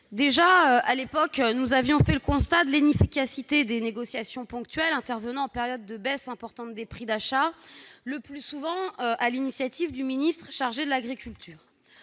déjà fait le constat, à l'époque, de l'inefficacité des négociations ponctuelles intervenant en période de baisse importante des prix d'achat, le plus souvent sur l'initiative du ministre chargé de l'agriculture.